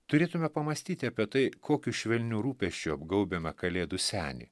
turėtume pamąstyti apie tai kokiu švelniu rūpesčiu apgaubiame kalėdų senį